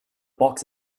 box